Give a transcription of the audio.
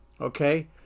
Okay